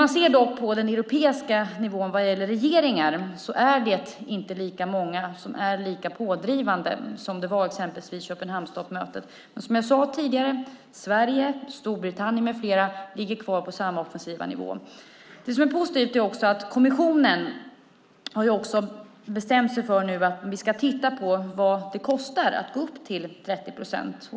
När det gäller regeringar ser man dock på den europeiska nivån att det inte är lika många som är lika pådrivande som det var exempelvis vid Köpenhamnstoppmötet, men som jag sade tidigare: Sverige och Storbritannien med flera ligger kvar på samma offensiva nivå. Det som är positivt är också att kommissionen har bestämt sig för att vi ska titta på vad det kostar att gå upp till 30 procent.